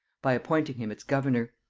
by appointing him its governor.